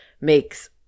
makes